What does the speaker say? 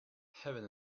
having